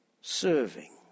serving